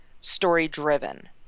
story-driven